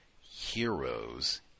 heroes